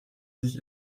sich